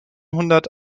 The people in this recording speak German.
hundert